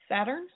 saturn